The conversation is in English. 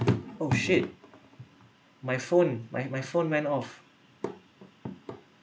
oh shit my phone my my phone went off